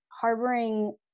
harboring